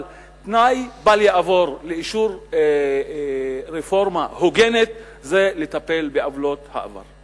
אבל תנאי בל יעבור לאישור רפורמה הוגנת זה לטפל בעוולות העבר.